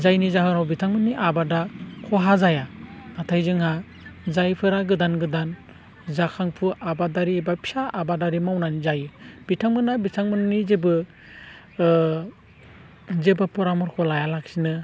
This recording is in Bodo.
जायनि जाहोनाव बिथांमोननि आबादा खहा जाया नाथाय जोंहा जायफोरा गोदान गोदान जाखांफु आबादारि एबा फिसा आबादारि मावनानै जायो बिथांमोनहा बिथांमोननि जेबो जेबो फरामरखौ लाया लासिनो